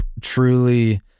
truly